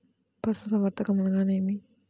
పశుసంవర్ధకం అనగానేమి?